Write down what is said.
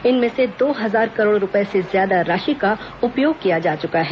इनमें से दो हजार करोड़ रूपसे से ज्यादा राशि का उपयोग किया जा चुका है